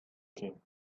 king